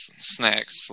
Snacks